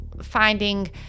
finding